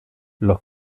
los